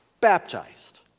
baptized